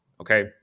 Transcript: okay